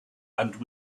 and